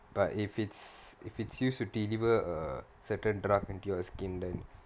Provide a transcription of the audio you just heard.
but if it's if it's used to deliver a certain drop into your skin then